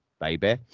baby